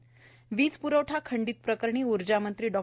त वीज प्रवठा खंडीत प्रकरणी ऊर्जामंत्री डॉ